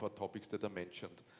but topics that are mentioned.